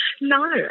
No